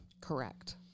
Correct